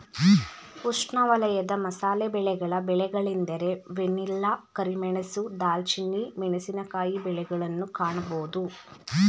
ಉಷ್ಣವಲಯದ ಮಸಾಲೆ ಬೆಳೆಗಳ ಬೆಳೆಗಳೆಂದರೆ ವೆನಿಲ್ಲಾ, ಕರಿಮೆಣಸು, ದಾಲ್ಚಿನ್ನಿ, ಮೆಣಸಿನಕಾಯಿ ಬೆಳೆಗಳನ್ನು ಕಾಣಬೋದು